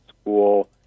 school